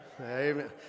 Amen